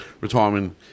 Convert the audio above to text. retirement